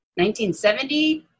1970